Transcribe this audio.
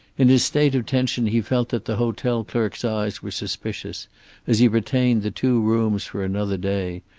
in his state of tension he felt that the hotel clerk's eyes were suspicious as he retained the two rooms for another day,